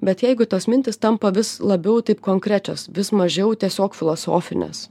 bet jeigu tos mintys tampa vis labiau taip konkrečios vis mažiau tiesiog filosofinės